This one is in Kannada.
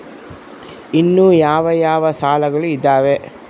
ಇನ್ನು ಯಾವ ಯಾವ ಸಾಲಗಳು ಇದಾವೆ?